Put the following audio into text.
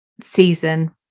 season